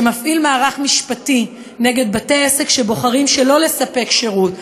שמפעיל מערך משפטי נגד בתי-עסק שבוחרים שלא לתת שירות,